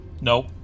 Nope